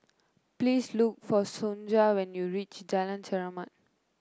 please look for Sonja when you reach Jalan Chermat